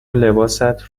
لباست